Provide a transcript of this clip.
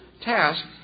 task